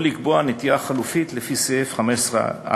או לקבוע נטיעה חלופית לפי סעיף 15א,